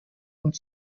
und